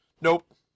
Nope